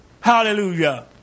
Hallelujah